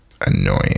annoying